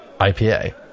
IPA